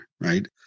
right